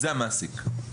זה המעסיק.